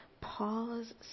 pause